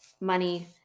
money